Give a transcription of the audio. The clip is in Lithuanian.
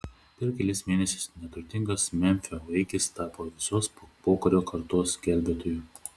per kelis mėnesius neturtingas memfio vaikis tapo visos pokario kartos gelbėtoju